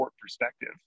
perspective